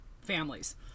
families